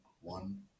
one